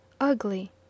ugly